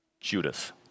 Judas